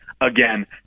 again